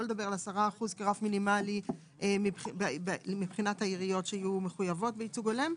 לדבר על 10% כרף מינימלי מבחינת העיריות שיהיו מחויבות בייצוג הולם.